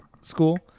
school